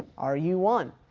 are you one?